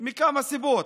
שמכמה סיבות: